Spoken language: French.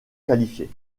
qualifiés